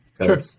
Sure